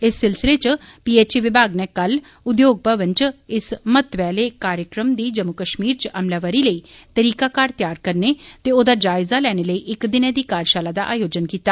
इस सिलसिले च पी एच ई नै कल उद्योग भवन च इस महत्वै आले कार्यक्रम दी जम्मू कश्मीर च अमलावरी लेई तरीकाकार तैयार करने ते ओहदा जायज़ा लैने लेई इक दिनै दी कार्यशाला दा आयोजन कीता